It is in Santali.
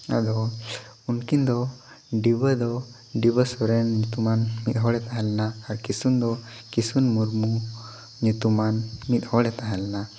ᱟᱫᱚ ᱩᱱᱠᱤᱱ ᱫᱚ ᱰᱤᱵᱟᱹ ᱫᱚ ᱰᱤᱵᱟᱹ ᱥᱚᱨᱮᱱ ᱧᱩᱛᱩᱢᱟᱱ ᱢᱤᱫ ᱦᱚᱲᱮ ᱛᱟᱦᱮᱸ ᱞᱮᱱᱟ ᱟᱨ ᱠᱤᱥᱩᱱ ᱫᱚ ᱠᱤᱥᱩᱱ ᱢᱩᱨᱢᱩ ᱧᱩᱛᱩᱢᱟᱱ ᱢᱤᱫ ᱦᱚᱲᱮ ᱛᱟᱦᱮᱸ ᱞᱮᱱᱟ